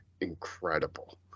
incredible